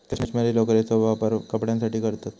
कश्मीरी लोकरेचो वापर कपड्यांसाठी करतत